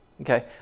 Okay